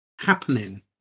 happening